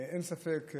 אין ספק,